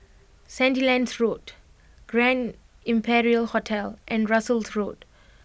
Sandilands Road Grand Imperial Hotel and Russels Road